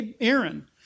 Aaron